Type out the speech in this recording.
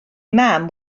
mam